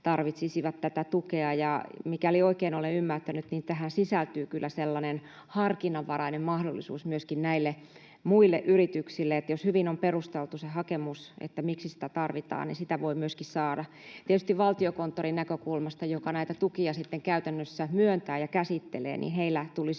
tarvitsisivat tätä tukea, ja mikäli oikein olen ymmärtänyt, niin tähän sisältyy kyllä sellainen harkinnanvarainen mahdollisuus myöskin näille muille yritykselle, että jos hyvin on perusteltu se hakemus, että miksi sitä tarvitaan, niin sitä voi myöskin saada. Tietysti Valtiokonttorin näkökulmasta, joka näitä tukia sitten käytännössä myöntää ja käsittelee, tulisi